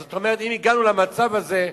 זאת אומרת, אם הגענו למצב הזה,